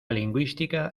lingüística